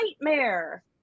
nightmare